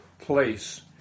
place